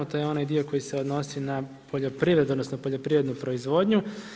To je onaj dio koji se odnosi na poljoprivredu odnosno poljoprivrednu proizvodnju.